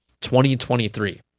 2023